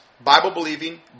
Bible-believing